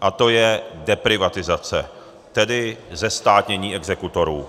a to je deprivatizace, tedy zestátnění exekutorů.